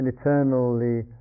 eternally